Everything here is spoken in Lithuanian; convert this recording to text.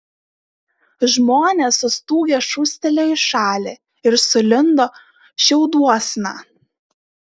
žmonės sustūgę šūstelėjo į šalį ir sulindo šiauduosna